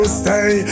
stay